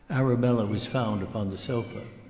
arabella was found upon the sofa.